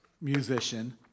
musician